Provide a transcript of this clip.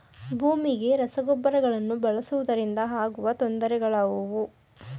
ಭೂಮಿಗೆ ರಸಗೊಬ್ಬರಗಳನ್ನು ಬಳಸುವುದರಿಂದ ಆಗುವ ತೊಂದರೆಗಳು ಯಾವುವು?